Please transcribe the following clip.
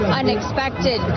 unexpected